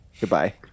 goodbye